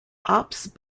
ops